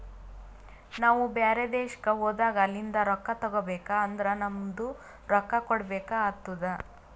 ನಾವು ಬ್ಯಾರೆ ದೇಶ್ಕ ಹೋದಾಗ ಅಲಿಂದ್ ರೊಕ್ಕಾ ತಗೋಬೇಕ್ ಅಂದುರ್ ನಮ್ದು ರೊಕ್ಕಾ ಕೊಡ್ಬೇಕು ಆತ್ತುದ್